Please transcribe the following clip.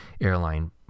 airline